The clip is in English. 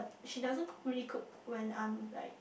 she doesn't cook really cook when I'm like